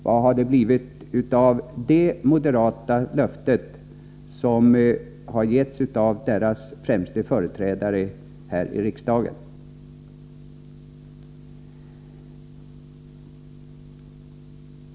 Vad har det blivit av det moderata löftet, som har givits av partiets främste företrädare här i riksdagen?